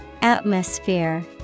Atmosphere